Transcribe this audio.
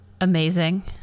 Amazing